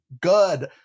good